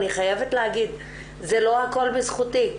אני חייבת להגיד שזה לא הכל בזכותי.